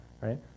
right